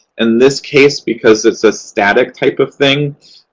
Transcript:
in this case, because it's a static type of thing,